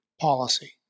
policy